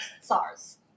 SARS